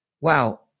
wow